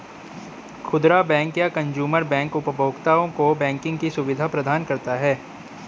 खुदरा बैंक या consumer bank उपभोक्ताओं को बैंकिंग की सुविधा प्रदान करता है